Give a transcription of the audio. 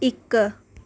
इक